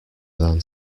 than